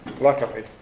luckily